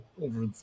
over